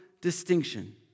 distinction